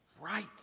Right